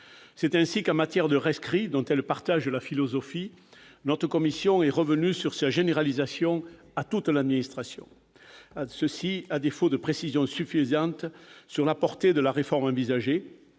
C'est ainsi qu'en matière de rescrit, dont elle partage la philosophie, la commission est revenue sur sa généralisation à toute l'administration, à défaut de précisions suffisantes sur la portée de la réforme envisagée,